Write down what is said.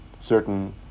certain